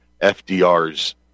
FDR's